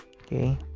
okay